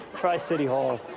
try city hall.